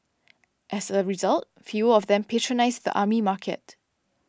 as a result fewer of them patronise the army market